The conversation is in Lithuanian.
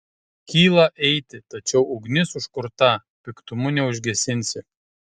kyla eiti tačiau ugnis užkurta piktumu neužgesinsi